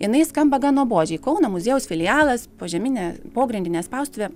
jinai skamba gan nuobodžiai kauno muziejaus filialas požeminė pogrindinė spaustuvė